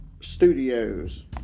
Studios